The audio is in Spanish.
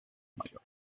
mayor